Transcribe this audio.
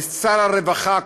עם שר הרווחה,